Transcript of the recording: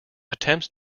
attempts